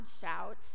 shout